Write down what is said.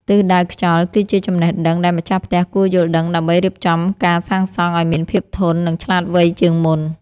ទិសដៅខ្យល់ គឺជាចំណេះដឹងដែលម្ចាស់ផ្ទះគួរយល់ដឹងដើម្បីរៀបចំការសាងសង់ឱ្យមានភាពធន់ និងឆ្លាតវៃជាងមុន។